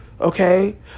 Okay